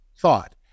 thought